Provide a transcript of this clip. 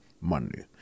Monday